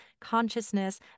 consciousness